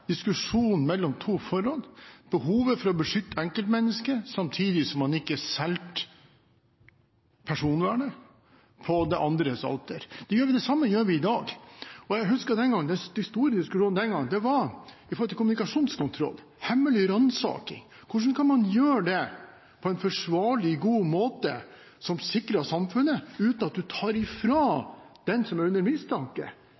diskusjonen, mellom to forhold: behovet for å beskytte enkeltmennesket samtidig som man ikke ofret personvernet på det andres alter. Det samme gjør vi i dag. Jeg husker at det var en stor diskusjon den gangen vedrørende kommunikasjonskontroll og hemmelig ransaking. Hvordan kan man gjøre det på en forsvarlig, god måte som sikrer samfunnet, uten at en tar